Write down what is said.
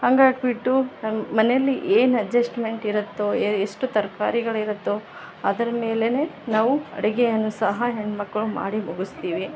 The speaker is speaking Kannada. ಹಂಗಾಗ್ಬಿಟ್ಟು ನಮ್ಮ ಮನೇಲಿ ಏನು ಅಡ್ಜಸ್ಟ್ಮೆಂಟ್ ಇರತ್ತೋ ಎಷ್ಟು ತರ್ಕಾರಿಗಳು ಇರತ್ತೋ ಅದ್ರ ಮೇಲೇ ನಾವು ಅಡುಗೆಯನ್ನು ಸಹ ಹೆಣ್ಮಕ್ಕಳು ಮಾಡಿ ಮುಗಿಸ್ತೀವಿ